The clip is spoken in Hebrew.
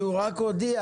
כי הוא רק הודיע.